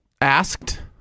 asked